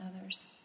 others